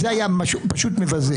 זה היה פשוט מבזה.